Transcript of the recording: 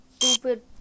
Stupid